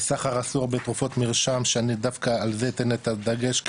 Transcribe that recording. יש סחר אסור בתרופות מרשם שאני דווקא על זה ייתן את הדגש,